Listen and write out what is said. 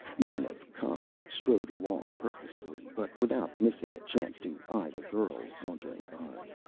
men of commerce strode along purposefully, but without missing a chance to eye the girls sauntering by.